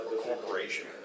Corporation